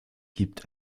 gibt